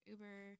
Uber